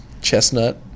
Chestnut